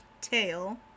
tail